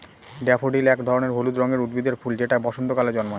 daffodil এক ধরনের হলুদ রঙের উদ্ভিদের ফুল যেটা বসন্তকালে জন্মায়